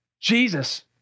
Jesus